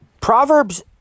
Proverbs